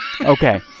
Okay